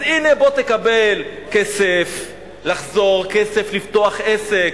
אז הנה, בוא תקבל כסף לחזור, כסף לפתוח עסק.